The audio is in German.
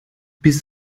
bis